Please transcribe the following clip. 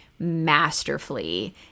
masterfully